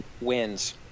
wins